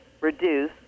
reduce